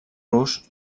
rus